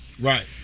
right